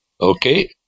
Okay